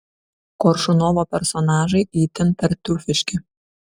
koršunovo personažai itin tartiufiški